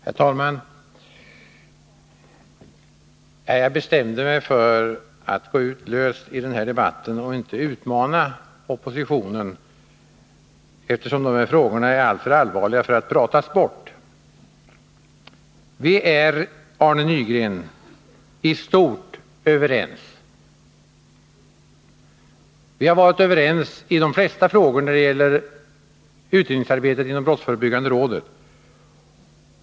Herr talman! Jag bestämde mig för att gå ut löst i den här debatten ochinte Ekonomisk brottsutmana oppositionen, eftersom de här frågorna är alltför allvarliga för att lighet pratas bort. Viär, Arne Nygren, istort överens. Vi har varit överens i de flesta frågorna när det gäller utredningsarbetet inom brottsförebyggande rådet.